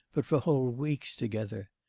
but for whole weeks together.